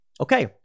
okay